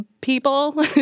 People